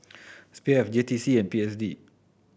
SPF J T C and P S D